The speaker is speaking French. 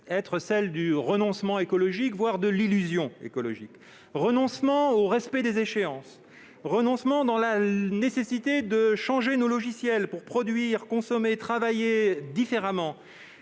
en plus à un renoncement écologique, voire à une illusion écologique. Renoncement au respect des échéances ; renoncement à la nécessité de changer nos logiciels pour produire, consommer et travailler différemment